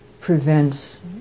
prevents